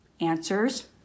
answers